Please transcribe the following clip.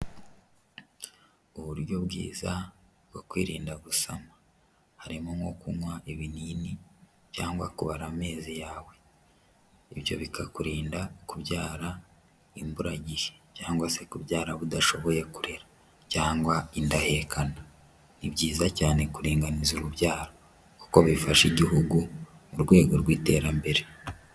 Uburyo bwiza bwo kwirinda gusama, harimo nko kunywa ibinini, cyangwa kubara amezi yawe, ibyo bikakurinda kubyara imburagihe cyangwa se kubyara abo udashoboye kurera, cyangwa indahekana, ni byiza cyane kuringaniza urubyaro, kuko bifasha igihugu mu rwego rw'iterambere.